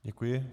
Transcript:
Děkuji.